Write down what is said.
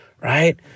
right